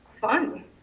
fun